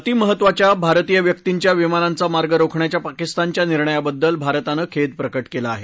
अति महत्त्वाच्या भारतीय व्यक्तींच्या विमानांचा मार्ग रोखण्याच्या पाकिस्तानच्या निर्णयाबद्दल भारतानं खेद प्रकट केला आहे